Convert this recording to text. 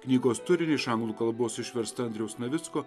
knygos turinį iš anglų kalbos išverstą andriaus navicko